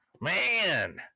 Man